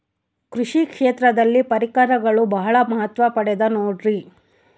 ಕೃಷಿ ಕ್ಷೇತ್ರದಲ್ಲಿ ಪರಿಕರಗಳು ಬಹಳ ಮಹತ್ವ ಪಡೆದ ನೋಡ್ರಿ?